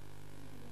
אדוני